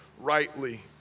rightly